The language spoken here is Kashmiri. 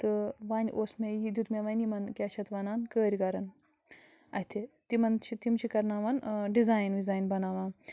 تہٕ وَنہِ اوس مےٚ یہِ دیُت مےٚ وَنہِ یِمن کیٛاہ چھِ اَتھ وَنان کٲرۍ گَرن اَتھِ تِمن چھِ تِم چھِ کَرناوان ڈِزاین وِزاین بناوان